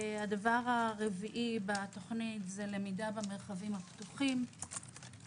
הדבר הרביעי בתכנית זה למידה במרחבים הפתוחים,